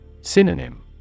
Synonym